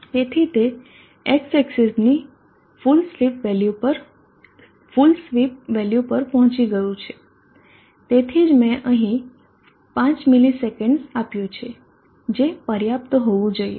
તેથી તે x એક્સીસની ફૂલ સ્વીપ વેલ્યુ પર પહોંચી ગયું હશે તેથી જ મેં અહીં 5 મિલિસેકન્ડ્સ આપ્યું છે જે પર્યાપ્ત હોવું જોઈએ